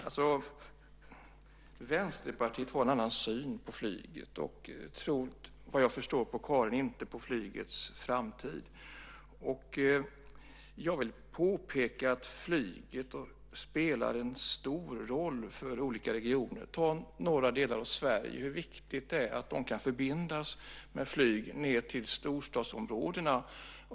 Fru talman! Vänsterpartiet har en annan syn på flyget och tror, vad jag förstår på Karin, inte på flygets framtid. Jag vill påpeka att flyget spelar en stor roll för olika regioner. Ta norra delen av Sverige, hur viktigt det är att den kan förbindas med flyg ned till storstadsområdena.